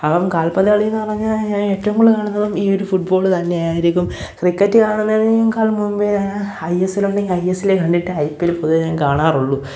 അപ്പം കാൽപന്തുകളിയെന്നു പറഞ്ഞു കഴിഞ്ഞാൽ ഞാൻ ഏറ്റവും കൂടുതൽ കാണുന്നതും ഈ ഫുട്ബോൾ തന്നെയായിരിക്കും ക്രിക്കറ്റ് കാണുന്നതിനേക്കാളും മുമ്പേ ഐ എസ് എൽ ഉണ്ടെങ്കിൽ ഐ എസ് എൽ കണ്ടിട്ടെ ഐ പി എൽ പൊതുവെ ഞാൻ കാണാറുള്ളൂ